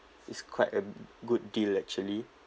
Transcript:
is quite a good deal actually